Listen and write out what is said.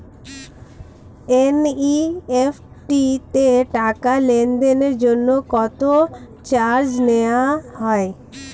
NEFT তে টাকা লেনদেনের জন্য কত চার্জ নেয়া হয়?